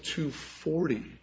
to forty